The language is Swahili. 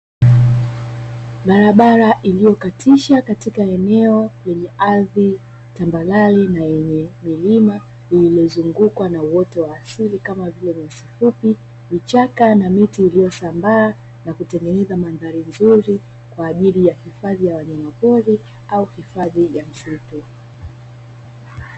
Barabara iliyokatisha katika eneo lenye ardhi tambarare na yenye milima, iliyozungukwa na uoto wa asili kama vile: nyasi fupi, vichaka na miti; iliyosambaa na kutengeneza mandhari nzuri kwa ajili ya hifadhi ya wanayamapori au hifadhi ya misitu.